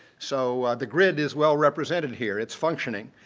so the grid is well represented here it's functioning.